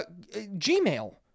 Gmail